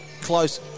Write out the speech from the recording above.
close